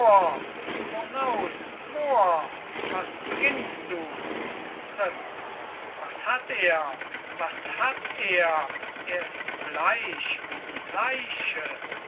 was beginnst du grimm was hat er was hat er er ist bleich wie die leiche